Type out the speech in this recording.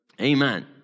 amen